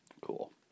Cool